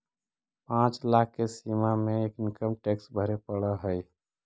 पाँच लाख के सीमा में इनकम टैक्स भरे पड़ऽ हई